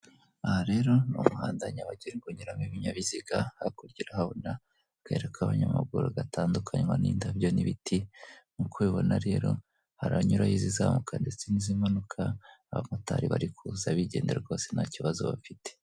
Aha rero ni umuhanda nyabagendwa unyuramo ibinyabiziga, hakurya urahabona akayira k'abanyamaguru gatandukanywa n'indabyo n'ibiti nkuko ubibona rero, haranyuramo izimanuka n'izizamuka, abamotari bari kuza bigendera rwose nta kibazo bafite.